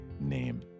name